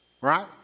right